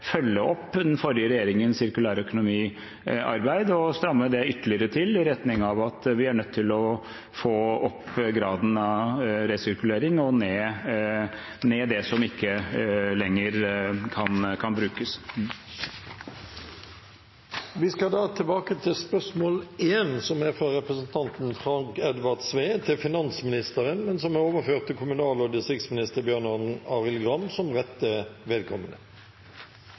følge opp den forrige regjeringens arbeid med sirkulær økonomi og stramme det ytterligere til, i retning av at vi er nødt til å få opp graden av resirkulering og få ned det som ikke lenger kan brukes. Vi går da tilbake til spørsmål 1. Dette spørsmålet, fra representanten Frank Edvard Sve til finansministeren, er overført til kommunal- og distriktsministeren som rette vedkommende. «Senterparti- og Arbeidarparti-styrte Ålesund kommune planlegg å kutte 108 institusjonsplassar, som